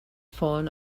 fallen